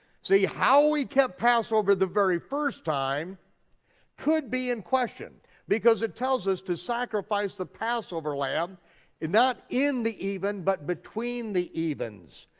see, how we kept passover the very first time could be in question because it tells us to sacrifice the passover lamb not in the even, but between the evens.